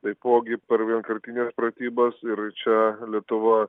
taipogi per vienkartines pratybas ir čia lietuva